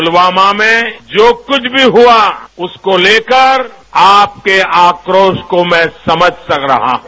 पुलवामा में जो कुछ भी हुआ उसको लेकर आपके आक्रोश को मैं समझ रहा हूं